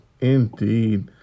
Indeed